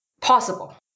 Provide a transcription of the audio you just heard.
possible